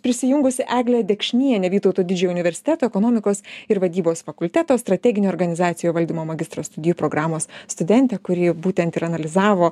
prisijungusi eglė dekšnienė vytauto didžiojo universiteto ekonomikos ir vadybos fakulteto strateginio organizacijų valdymo magistro studijų programos studentė kuri būtent ir analizavo